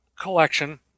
collection